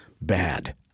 bad